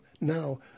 now